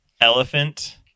Elephant